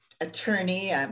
attorney